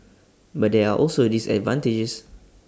but there are also disadvantages